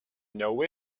know